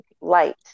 light